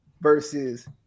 versus